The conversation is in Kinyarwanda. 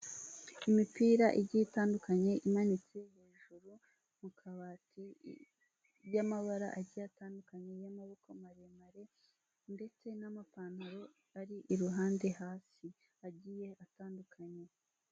Imipira igiye itandukanye imanitse hejuru mu kabati y'amabara agiye atandukanye y'amaboko maremare ndetse n'amapantaro ari iruhande hasi agiye atandukanye.